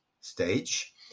stage